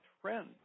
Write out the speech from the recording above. trend